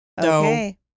Okay